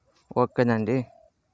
ఓకేనండి